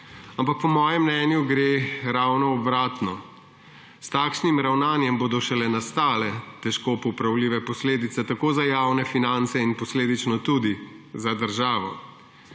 Ampak po mojem mnenju gre ravno za obratno; s takšnim ravnanjem bodo šele nastale težko popravljive posledice tako za javne finance in posledično tudi za državo.